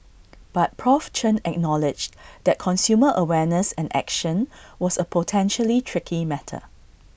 but Prof Chen acknowledged that consumer awareness and action was A potentially tricky matter